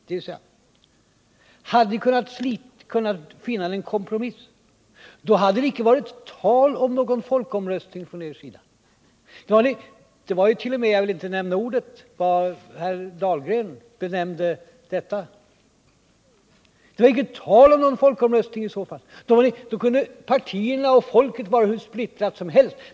Det innebär att om ni hade kunnat finna en kompromiss hade det från er sida icke varit tal om någon folkomröstning. I så fall kunde partierna och människorna ute i landet vara hur splittrade som helst.